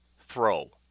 throw